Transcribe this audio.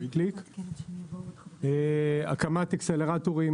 הקמת אקסלרטורים,